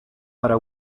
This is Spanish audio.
para